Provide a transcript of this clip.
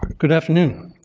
good afternoon.